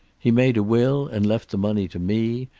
he made a will and left the money to me,